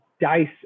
dice